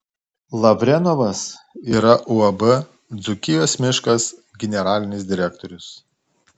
lavrenovas yra uab dzūkijos miškas generalinis direktorius